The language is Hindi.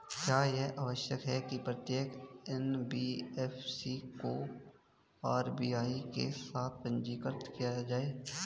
क्या यह आवश्यक है कि प्रत्येक एन.बी.एफ.सी को आर.बी.आई के साथ पंजीकृत किया जाए?